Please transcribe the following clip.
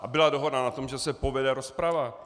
A byla dohoda na tom, že se povede rozprava.